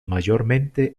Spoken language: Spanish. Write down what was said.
mayormente